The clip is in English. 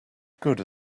good